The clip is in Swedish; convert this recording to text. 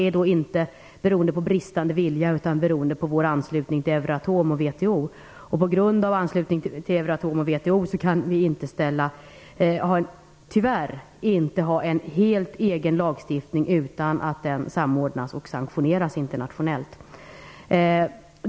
Anledningen är inte bristande vilja utan vår anslutning till Euratom och WTO. På grund av vår anslutning till dessa organisationer kan vi tyvärr inte ha en helt självständig lagstiftning, utan den måste samordnas och sanktioneras internationellt.